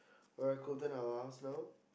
alright cool then I will ask now